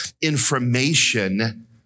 information